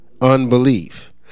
Unbelief